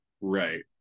right